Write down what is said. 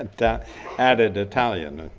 and added italian